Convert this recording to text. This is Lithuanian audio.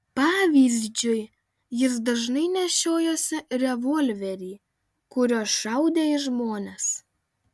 pavyzdžiui jis dažnai nešiojosi revolverį kuriuo šaudė į žmones